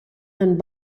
and